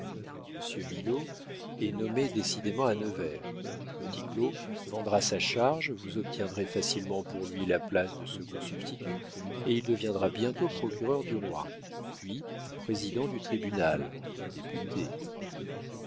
milaud est nommé décidément à nevers petit claud vendra sa charge vous obtiendrez facilement pour lui la place de second substitut et il deviendra bientôt procureur du roi puis président du tribunal député